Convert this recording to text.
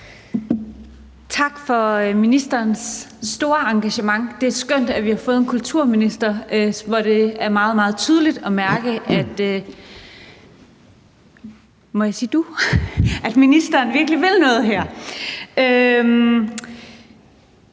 Tak for ministerens store engagement. Det er skønt, at vi har fået en kulturminister, som det er meget, meget tydeligt at mærke virkelig vil noget her.